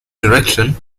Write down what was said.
direction